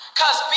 cause